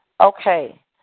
Okay